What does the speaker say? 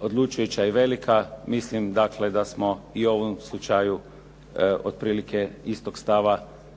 odlučujuća i velika. Mislim dakle da smo i u ovom slučaju otprilike istog stava i